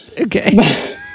Okay